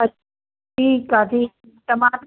ठीकु आहे ठीकु त मां